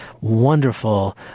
wonderful